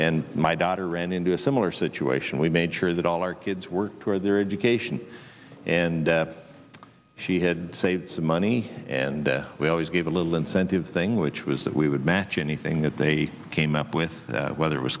and my daughter ran into a similar situation we made sure that all our kids worked for their education and she had saved some money and we always gave a little incentive thing which was that we would match anything that they came up with whether